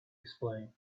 explain